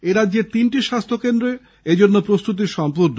এরাজ্যে তিনটি স্বাস্থ্যকেন্দ্রে এজন্য প্রস্তুতি সম্পূর্ণ